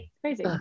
crazy